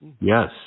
Yes